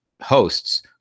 hosts